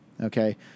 okay